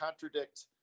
contradict